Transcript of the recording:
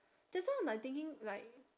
that's why I'm like thinking like